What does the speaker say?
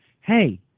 Hey